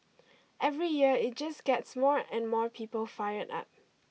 every year it just gets more and more people fired up